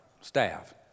staff